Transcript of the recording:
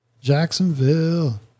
Jacksonville